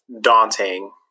daunting